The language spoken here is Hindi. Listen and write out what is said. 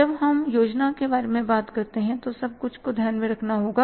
जब हम योजना के बारे में बात कर रहे हैं तो सब कुछ को ध्यान में रखना होगा